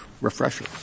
refresher